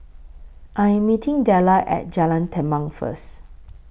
I Am meeting Dellar At Jalan Tampang First